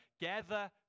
gather